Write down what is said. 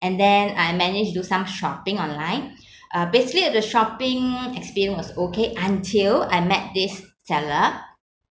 and then I managed to do some shopping online uh basically uh the shopping experience was okay until I met this seller